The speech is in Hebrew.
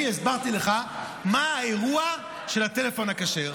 אני הסברתי לך מה האירוע של הטלפון הכשר.